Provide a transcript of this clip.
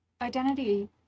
identity